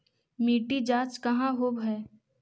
मिट्टी जाँच कहाँ होव है?